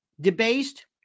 debased